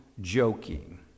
joking